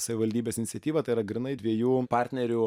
savivaldybės iniciatyva tai yra grynai dviejų partnerių